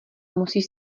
musíš